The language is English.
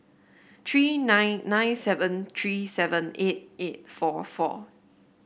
three nine nine seven three seven eight eight four four